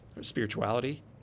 Spirituality